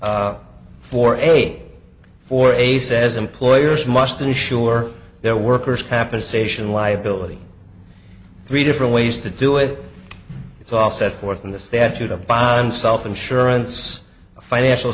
to for a for a says employers must insure their workers pappa station liability three different ways to do it it's all set forth in the statute of bond self insurance a financial